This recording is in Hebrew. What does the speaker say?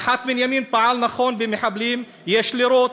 מח"ט בנימין, פעל נכון, במחבלים יש לירות,